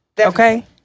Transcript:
Okay